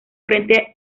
frente